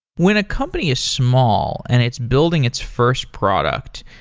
when a company is small and it's building its first product,